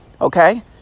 Okay